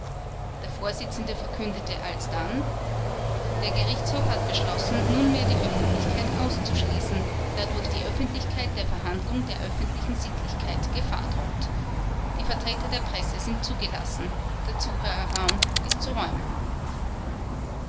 der vorsitzende verkündete alsdann der gerichtshof hat beschlossen nunmehr die öffentlichkeit auszuschließen da durch die öffentlichkeit der verhandlung der öffentlichen sittlichkeit gefahr droht die vertreter der presse sind zugelassen der zuhörerraum ist zu räumen